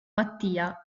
mattia